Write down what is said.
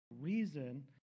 reason